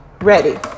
ready